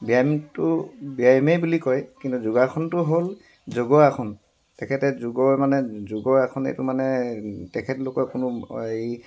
ব্যায়ামটো ব্যায়ামেই বুলি কয় কিন্তু যোগাসনটো হ'ল যোগ আসন তেখেতে যোগৰ মানে যোগৰ আসন এইটো মানে তেখেতলোকৰ কোনো এই